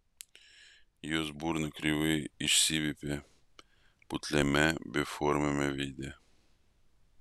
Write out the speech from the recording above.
jos burna kreivai išsiviepė putliame beformiame veide